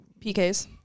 pks